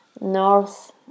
north